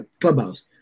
Clubhouse